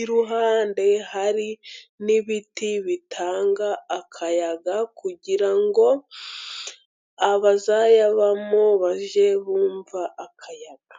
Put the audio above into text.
iruhande hari n'ibiti bitanga akayaga, kugira ngo abazayabamo bajye bumva akayaga.